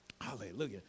Hallelujah